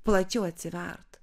plačiau atsivert